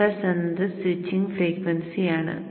fs എന്നത് switching ഫ്രീക്വൻസിയാണ്